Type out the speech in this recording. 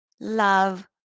love